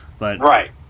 Right